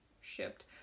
Shipped